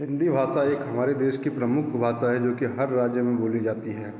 हिंदी भाषा एक हमारे देश की प्रमुख भाषा है जो कि हर राज्य में बोली जाती हैं